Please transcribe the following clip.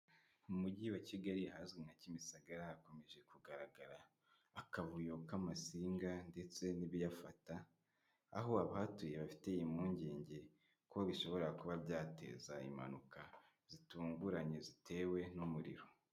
Mu mujyi wa Kigali hazwi nka Kimisagara hakomeje kugaragara akavuyo k'amasinga ndetse n'ibiyafata, aho abahatuye bafite impungenge ko bishobora kuba byateza impanuka zitunguranye zitewe n'umuriro.